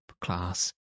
class